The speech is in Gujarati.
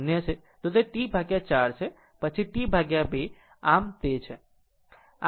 આમ જો તે 0 છે તો તે T 4 છે પછી T 2 અને આમ તે છે